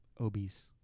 obese